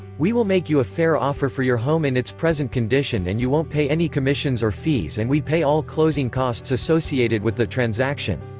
we will make you a fair offer for your home in its present condition and you won't pay any commissions or fees and we pay all closing costs associated with the transaction.